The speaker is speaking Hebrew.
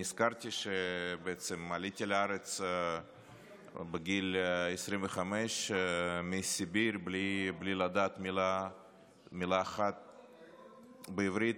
נזכרתי שעליתי לארץ בגיל 25 מסיביר בלי לדעת מילה אחת בעברית,